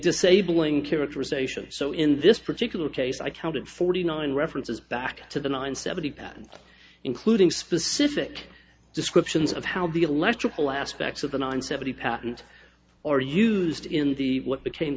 disabling characterization so in this particular case i counted forty nine references back to the nine seventy patent including specific descriptions of how the electrical aspects of the nine seventy patent or used in the what